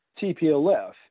TPLF